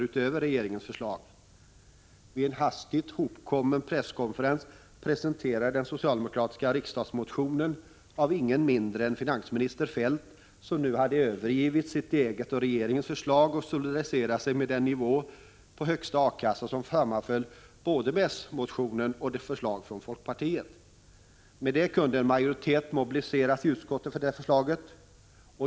utöver regeringens förslag. Vid en hastigt hopkommen presskonferens presenterades den socialdemokratiska riksdagsmotionen av ingen mindre än finansminister Feldt, som nu hade övergivit sitt eget och regeringens förslag och solidariserade sig med en nivå på högsta A kasseersättning som sammanföll med både s-motionen och förslag från folkpartiet. Med det kunde en majoritet mobiliseras i utskottet för detta förslag.